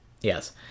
Yes